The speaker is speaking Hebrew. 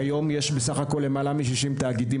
כיום יש בסך הכול למעלה מ-60 תאגידים